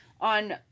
on